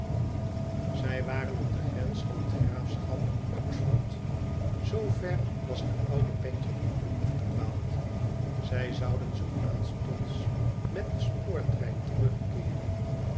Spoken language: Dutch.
zij waren op de grens van het graafschap oxford zoo verwas de oude bet je higden afgedwaald zij zouden zoo aanstonds met den spoortrein terugkeeren